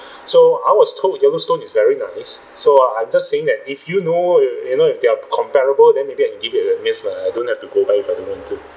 so I was told yellowstone is very nice so I'm just saying that if you know you you know if they are comparable then maybe I can give it a miss lah I don't have to go back if I don't want to